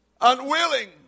unwilling